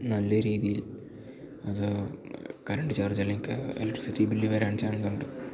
നല്ല രീതിയിൽ അത് കറണ്ട് ചാർജ് അല്ലെങ്കില് ഇലക്ട്രിസിറ്റി ബില് വരാൻ ചാൻസ് ഉണ്ട്